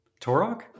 Torok